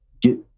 get